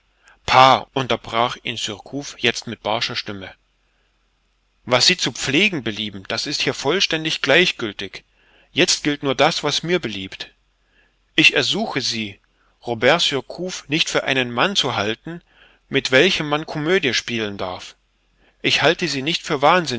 pah unterbrach ihn surcouf jetzt mit barscher stimme was sie zu pflegen belieben das ist hier vollständig gleichgültig jetzt gilt nur das was mir beliebt ich ersuche sie robert surcouf nicht für einen mann zu halten mit welchem man komödie spielen darf ich halte sie nicht für wahnsinnig